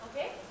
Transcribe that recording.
Okay